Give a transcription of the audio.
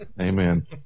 Amen